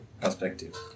perspective